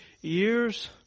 years